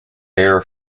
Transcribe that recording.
air